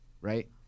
right